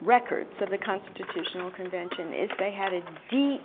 records of the constitutional convention is they had a deep,